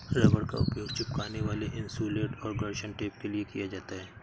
rubber का उपयोग चिपकने वाला इन्सुलेट और घर्षण टेप के लिए किया जाता है